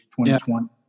2020